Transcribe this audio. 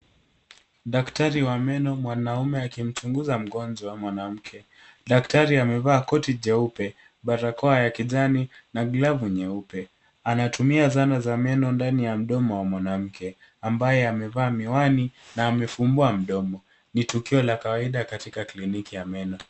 Daktari wa meno mwanaume akimchunguza mgonjwa mwanamke. Daktari amevaa koti jeupe, barakoa ya kijani na glavu nyeupe. Anatumia zana za meno ndani ya mdomo wa mwanamke ambaye amevaa miwani na amefumbua mdomo. Ni tukio la kawaida katika kliniki ya meno.